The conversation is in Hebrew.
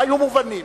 היו מובנים,